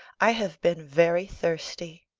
i have been very thirsty.